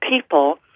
people